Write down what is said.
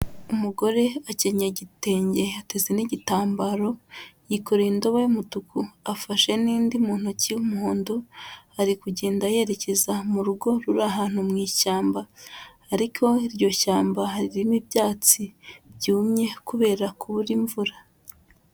Umugore akenyeye igitenge ateze n'igitambaro yikoreye indobo y'umutuku afashe n'indi mu ntoki y'umuhondo ari kugenda yerekeza mu rugo ruri ahantu mu ishyamba ariko iryo shyamba harimo ibyatsi byumye kubera kubura imvura.